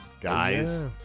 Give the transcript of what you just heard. guys